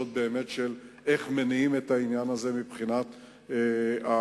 באמת של איך מניעים את העניין הזה מבחינת המשכנתאות.